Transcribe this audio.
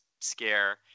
scare